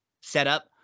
setup